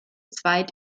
zweit